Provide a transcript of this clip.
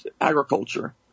agriculture